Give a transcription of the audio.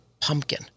pumpkin